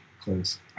close